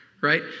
right